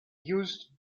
used